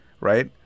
right